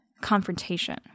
confrontation